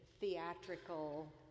theatrical